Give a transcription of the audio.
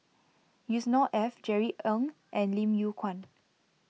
Yusnor Ef Jerry Ng and Lim Yew Kuan